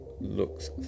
looks